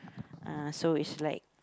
uh so is like